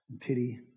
pity